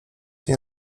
nie